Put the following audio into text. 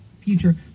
future